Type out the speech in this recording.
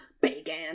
Bacon